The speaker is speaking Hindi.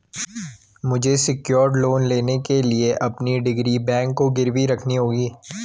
मुझे सेक्योर्ड लोन लेने के लिए अपनी डिग्री बैंक को गिरवी रखनी होगी